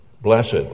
Blessed